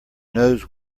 knows